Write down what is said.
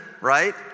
right